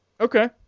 Okay